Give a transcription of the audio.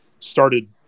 started